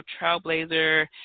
Trailblazer